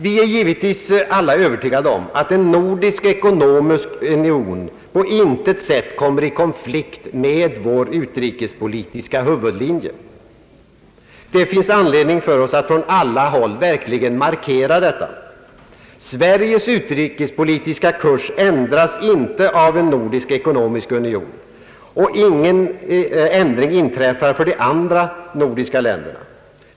Vi är givetvis alla övertygade om att en nordisk ekonomisk union på intet sätt kommer i konflikt med vår utrikespolitiska huvudlinje. Det finns anledning för oss att från alla håll verkligen markera detta. Sveriges utrikespolitiska kurs ändras inte av en nordisk ekonomisk union, och ingen ändring inträffar för de andra nordiska länderna.